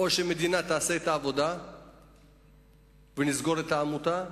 אולי המדינה תעשה את העבודה ונסגור את העמותה,